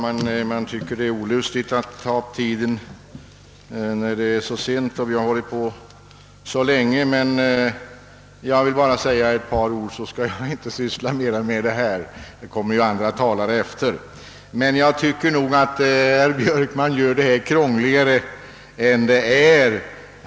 Herr talman! Det är olustigt att ta upp tiden när det är så sent och vi hållit på så länge. Men jag vill bara säga ett par ord. Sedan skall jag inte syssla mer med detta — det kommer ju andra talare efter. Jag tycker nog att herr Björkman gör det krångligare än det är.